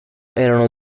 erano